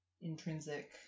intrinsic